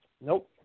Nope